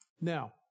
Now